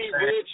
rich